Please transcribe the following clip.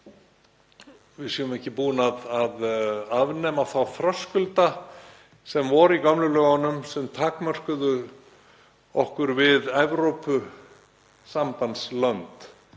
við séum ekki búin að afnema þá þröskulda sem voru í gömlu lögunum sem takmörkuðu okkur við Evrópusambandslönd,